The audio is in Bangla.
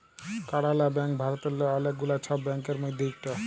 কালাড়া ব্যাংক ভারতেল্লে অলেক গুলা ছব ব্যাংকের মধ্যে ইকট